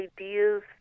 ideas